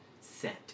set